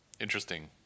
interesting